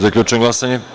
Zaključujem glasanje: